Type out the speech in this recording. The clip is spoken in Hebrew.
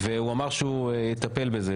והוא אמר שהוא יטפל בזה.